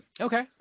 Okay